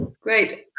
Great